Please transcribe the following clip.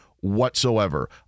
Whatsoever